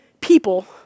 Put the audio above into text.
people